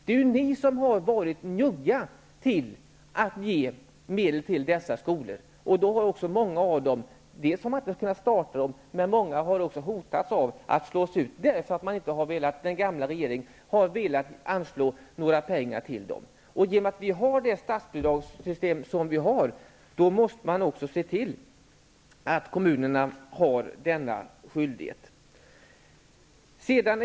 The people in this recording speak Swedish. Det är ni som har varit njugga med att ge medel till dessa skolor. Det har för många av dem varit svårt att starta sin verksamhet, och många har också hotats av att slås ut därför att den gamla regeringen inte har velat anslå några pengar till dem. Så länge vi har nuvarande statsbidragssystem måste vi också se till att kommunerna har denna skyldighet.